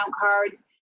cards